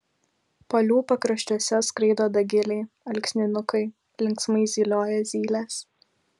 palių pakraščiuose skraido dagiliai alksninukai linksmai zylioja zylės